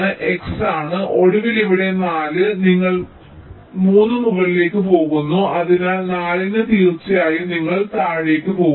x ആണ് ഒടുവിൽ ഇവിടെ 4 നിങ്ങൾ 3 മുകളിലേക്ക് പോകുന്നു അതിനാൽ 4 ന് തീർച്ചയായും നിങ്ങൾ താഴേക്ക് പോകുന്നു